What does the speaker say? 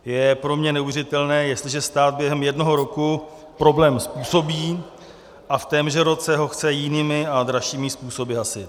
Je pro mě neuvěřitelné, jestliže stát během jednoho roku problém způsobí a v témže roce ho chce jinými a dražšími způsoby hasit.